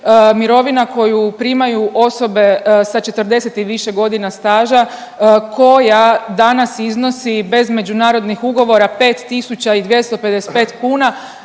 mirovina koje primaju osobe sa 40 i više godina staža koja danas iznosi bez međunarodnih ugovora 5.255 kuna